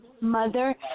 mother